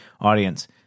audience